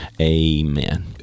Amen